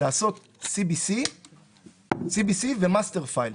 לעשות cbc ו-master file.